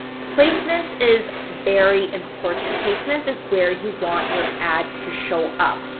placements is very important. placements is where you want your ads to show up.